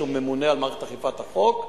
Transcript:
שממונה על מערכת אכיפת החוק,